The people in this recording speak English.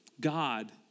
God